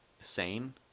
sane